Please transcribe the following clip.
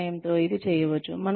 సహాయంతో ఇది చేయవచ్చు